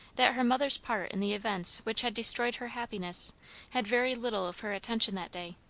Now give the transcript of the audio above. that her mother's part in the events which had destroyed her happiness had very little of her attention that day.